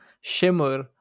shimmer